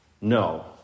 no